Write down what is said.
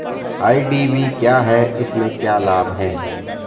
IDV क्या है इसमें क्या लाभ है?